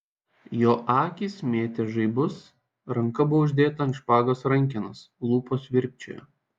jo akys mėtė žaibus ranka buvo uždėta ant špagos rankenos lūpos virpčiojo